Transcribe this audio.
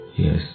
Yes